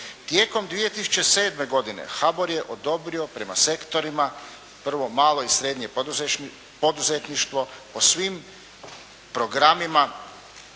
Tijekom 2007. godine HBOR je odobrio prema sektorima, prvo malo i srednje poduzetništvo o svim programima